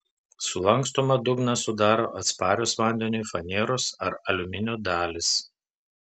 sulankstomą dugną sudaro atsparios vandeniui faneros ar aliuminio dalys